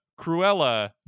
cruella